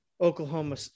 Oklahoma